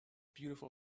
beautiful